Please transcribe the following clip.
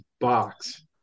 box